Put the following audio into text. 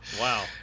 Wow